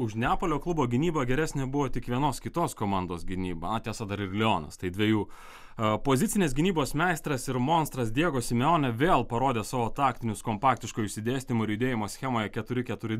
už neapolio klubo gynybą geresnė buvo tik vienos kitos komandos gynyba tiesa dar ir lionas tai dviejų pozicinės gynybos meistras ir monstras diego simeone vėl parodė savo taktinius kompaktiško išsidėstymo ir judėjimo schemoje keturi keturi